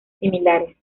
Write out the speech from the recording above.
similares